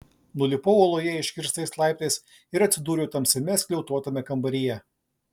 nulipau uoloje iškirstais laiptais ir atsidūriau tamsiame skliautuotame kambaryje